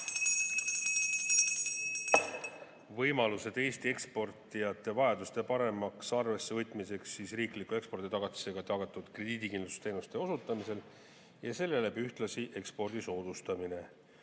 kella.) Eesti eksportijate vajaduste paremaks arvesse võtmiseks riikliku eksporditagatisega tagatud krediidikindlustusteenuste osutamisel ja sellega ühtlasi eksporti soodustada.